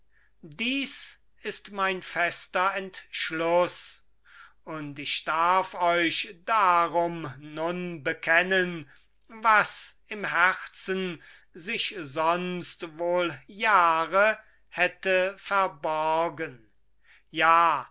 dies ist mein fester entschluß und ich darf euch darum nun bekennen was im herzen sich sonst wohl jahre hätte verborgen ja